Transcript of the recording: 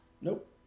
Nope